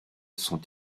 sont